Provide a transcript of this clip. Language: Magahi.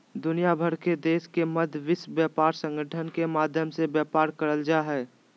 दुनिया भर के देशों के मध्य विश्व व्यापार संगठन के माध्यम से व्यापार करल जा हइ